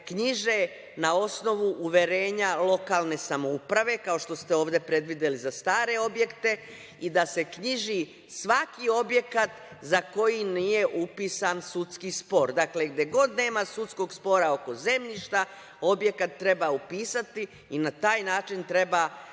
knjiže na osnovu uverenja lokalne samouprave, kao što ste ovde predvideli za stare objekte i da se knjiži svaki objekat za koji nije upisan sudski spor. Dakle, gde god nema sudskog spora oko zemljišta, objekat treba upisati i na taj način treba